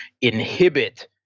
inhibit